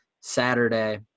Saturday